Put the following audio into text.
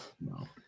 No